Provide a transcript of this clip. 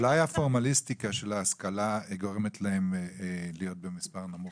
אולי הפורמליסטיקה של ההשכלה גורמת להם להיות במספר נמוך.